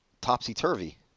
topsy-turvy